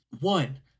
One